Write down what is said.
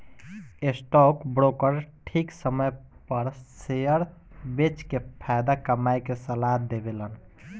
stock broker ठीक समय पर शेयर बेच के फायदा कमाये के सलाह देवेलन